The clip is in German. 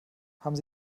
haben